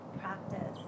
practice